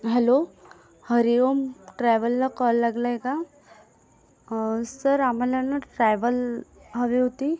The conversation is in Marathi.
हॅलो हरी ओम ट्रॅव्हलला कॉल लागलाय का सर आम्हाला ना ट्रॅव्हल हवी होती